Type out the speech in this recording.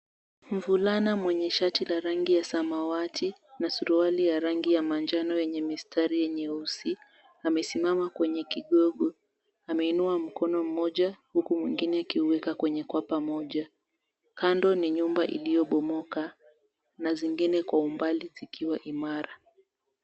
Mvulana mwenye shati la rangi ya samawati na suruali ya rangi ya manjano yenye mistari nyeusi amesimama kwenye kigogo ameinua mkono moja huku mwingine akiweka kwenye paja moja. Kando ni nyumba iliyobomoka na zingine kwa umbali zikiwa imara.